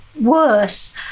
worse